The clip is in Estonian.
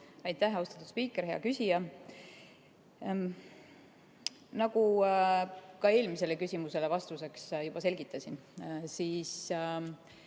Aitäh, austatud spiiker! Hea küsija! Nagu ma eelmisele küsimusele vastuseks juba selgitasin, seda,